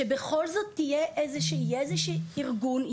שבכל זאת יהיה איזה שהוא ארגון,